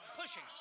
Pushing